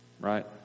Right